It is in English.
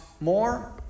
more